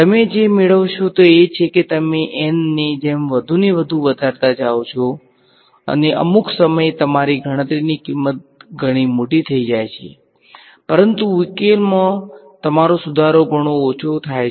તમે જે મેળવશો તે એ છે કે તમે N ને જેમ વધુ ને વધુ વધારતા જાઓ છો અને અમુક સમયે તમારી ગણતરીની કિંમત ઘણી મોટી થઈ જાય છે પરંતુ ઉકેલમાં તમારો સુધારો ઘણો ઓછો થાય છે